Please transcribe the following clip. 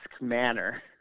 manner